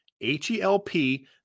H-E-L-P